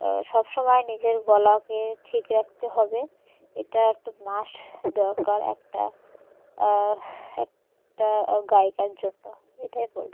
সব সময় নিজের গলাকে ঠিক রাখতে হবে এটা একটু মাস দরকার একটা একটা গায়িকার জন্য এটাই বলব